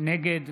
נגד